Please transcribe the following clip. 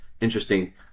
interesting